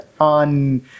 on